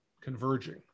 converging